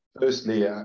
firstly